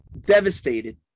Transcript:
devastated